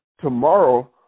tomorrow